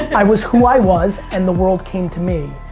i was who i was and the world came to me.